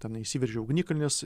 ten išsiveržė ugnikalnis